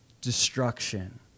destruction